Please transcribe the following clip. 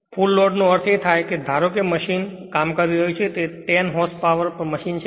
full load નો અર્થ એ થાય કે ધારો કે મશીન જે કામ કરી રહ્યું છે તે 10 h p મશીન છે